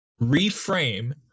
reframe